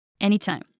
anytime